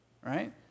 Right